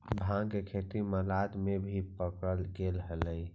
भाँग के खेती मालदा में भी पकडल गेले हलई